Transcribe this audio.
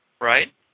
right